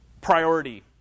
priority